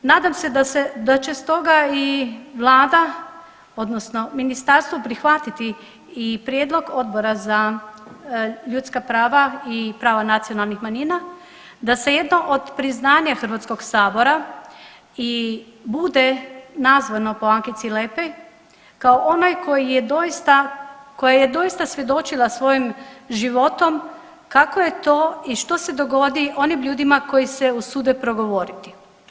Nadam se da će stoga i Vlada odnosno ministarstvo prihvatiti i prijedlog Odbora za ljudska prava i prava nacionalnih manjina, da se jedno od priznanja Hrvatskog sabora bude nazvano po Ankici Lepej kao onoj koja je doista svjedočila svojim životom kako je to i što se dogodi onim ljudima koji se usude progovoriti.